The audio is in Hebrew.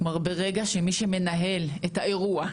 ברגע שמי שמנהל את האירוע,